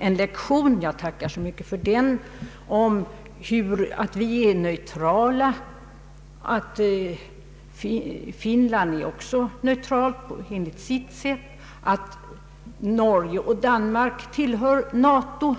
höll sedan en lektion — och jag tackar så mycket för den — om att vi är neutrala, att Finland också är neutralt på sitt sätt, att Norge och Danmark tillhör NATO.